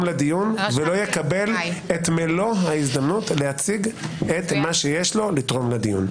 לדיון ולא יקבל מלוא ההזדמנות לתרום מה שיש לתרום לדיון.